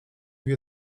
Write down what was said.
wie